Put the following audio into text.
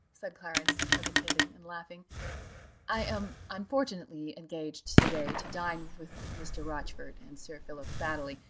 said clarence, hesitating and laughing i am unfortunately engaged to-day to dine with mr. rochfort and sir philip baddely,